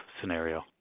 scenario